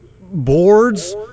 boards